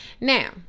Now